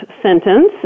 sentence